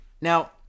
Now